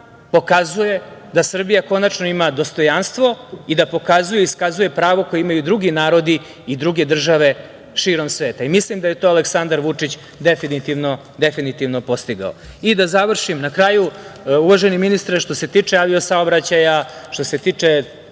pokazuje da Srbija konačno ima dostojanstvo i da pokazuje i iskazuje pravo koje imaju i drugi narodi i druge države širom sveta. Mislim da je to Aleksandar Vučić definitivno postigao. Da završim, na kraju, uvaženi ministre, što se tiče avio-saobraćaja, što se tiče